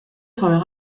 teurer